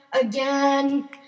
again